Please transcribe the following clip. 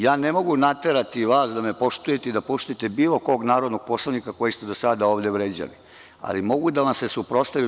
Ja ne mogu naterati vas da me poštujete ili da poštujete bilo kog narodnog poslanika kojeg ste za sada ovde vređali, ali mogu da vam se suprotstavim.